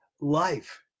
life